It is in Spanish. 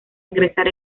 ingresar